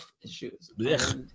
issues